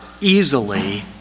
easily